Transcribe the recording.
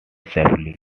safely